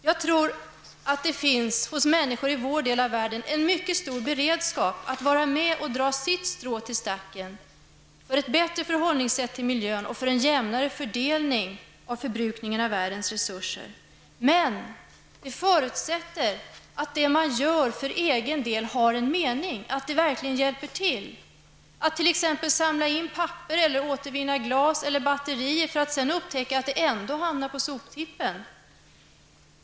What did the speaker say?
Jag tror att det hos människor i vår del av världen finns en mycket stor beredskap att vara med och dra sitt strå till stacken för att åstadkomma ett bättre förhållningssätt när det gäller miljön och för en jämnare fördelning av världens resurser. Men detta förutsätter att det som man gör för egen del har en mening, att det verkligen hjälper. Man kan samla in papper eller återvinna glas eller batterier för att sedan upptäcka att det ändå hamnar på soptippen.